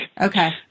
Okay